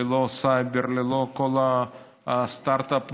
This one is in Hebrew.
ללא סייבר, ללא כל ה-Start-up Nation,